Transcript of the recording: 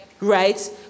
Right